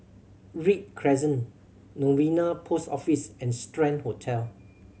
Read Crescent Novena Post Office and Strand Hotel